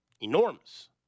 enormous